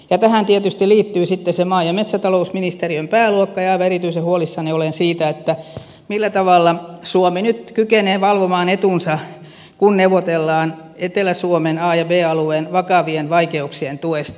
tähän tietysti liittyy sitten se maa ja metsätalousministeriön pääluokka ja aivan erityisen huolissani olen siitä millä tavalla suomi nyt kykenee valvomaan etunsa kun neuvotellaan etelä suomen a ja b alueen vakavien vaikeuksien tuesta